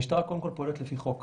המשטרה פועלת קודם כל לפי חוק.